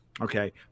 okay